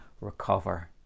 recover